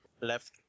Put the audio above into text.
Left